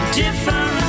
different